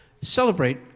Celebrate